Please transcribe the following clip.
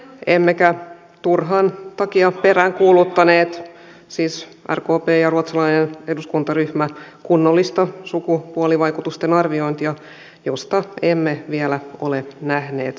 emmekä turhan takia peräänkuuluttaneet siis rkp ja ruotsalainen eduskuntaryhmä kunnollista sukupuolivaikutusten arviointia josta emme vielä ole nähneet häivähdystäkään